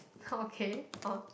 okay orh